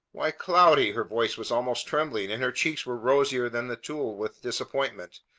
why, cloudy! her voice was almost trembling, and her cheeks were rosier than the tulle with disappointment.